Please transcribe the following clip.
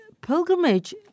pilgrimage